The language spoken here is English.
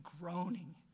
groaning